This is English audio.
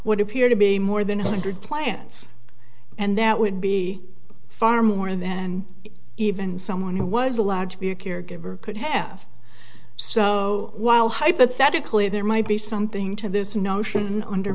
what appear to be more than one hundred plants and that would be far more then even someone who was allowed to be a caregiver could have so while hypothetically there might be something to this notion under